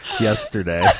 yesterday